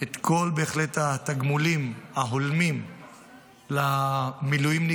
את כל התגמולים ההולמים למילואימניקים,